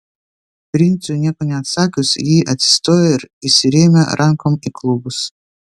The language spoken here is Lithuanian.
princui nieko neatsakius ji atsistojo ir įsirėmė rankom į klubus